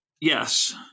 Yes